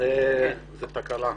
זו תקלה.